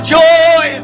joy